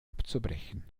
abzubrechen